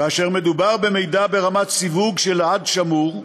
כאשר מדובר במידע ברמת סיווג של עד "שמור",